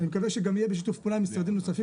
אני מקווה שזה יהיה גם בשיתוף פעולה עם משרדים נוספים,